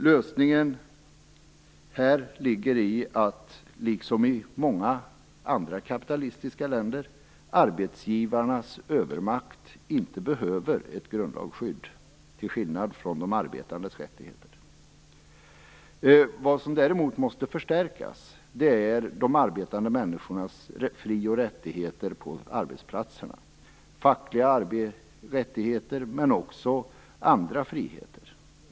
Lösningen ligger här i att liksom i många andra kapitalistiska länder arbetsgivarnas övermakt inte behöver ett grundlagsskydd, till skillnad från de arbetandes rättigheter. Vad som däremot behöver stärkas är de arbetande människornas fri och rättigheter på arbetsplatserna: fackliga rättigheter men också andra friheter.